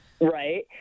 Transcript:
Right